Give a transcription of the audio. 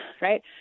right